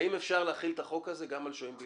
האם אפשר להחיל את החוק הזה גם על שוהים בלתי חוקיים?